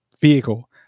vehicle